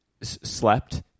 slept